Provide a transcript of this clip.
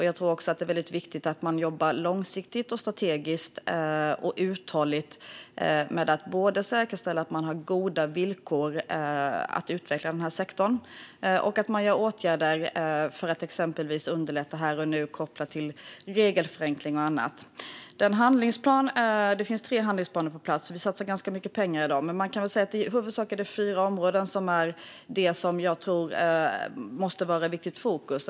Jag tror också att det är viktigt att man jobbar långsiktigt, strategiskt och uthålligt med att säkerställa goda villkor för att utveckla sektorn och att vidta åtgärder för att underlätta här och nu, till exempel genom regelförenkling och annat. Det finns tre handlingsplaner på plats. Vi satsar ganska mycket pengar i dag. Men jag tror att det är i huvudsak fyra områden som måste vara i fokus.